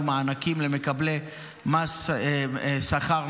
ומקבלים תמריץ של עבודה